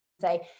say